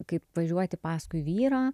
kaip važiuoti paskui vyro